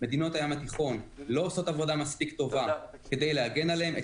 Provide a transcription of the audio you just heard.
מדינות הים התיכון לא עושות עבודה מספיק טובה כדי להגן עליהם.